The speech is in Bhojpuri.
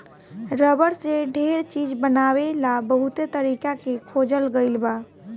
रबर से ढेर चीज बनावे ला बहुते तरीका के खोजल गईल बा